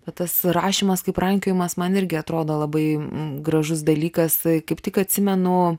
bet tas rašymas kaip rankiojimas man irgi atrodo labai gražus dalykas kaip tik atsimenu